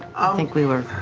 i think we were.